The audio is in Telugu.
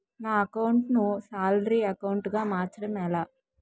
నా అకౌంట్ ను సాలరీ అకౌంట్ గా మార్చటం ఎలా?